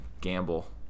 gamble